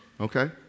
Okay